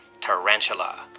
Tarantula